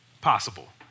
possible